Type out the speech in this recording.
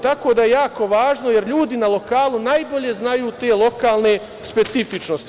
Tako da je jako važno jer ljudi na lokalu najbolje znaju te lokalne specifičnosti.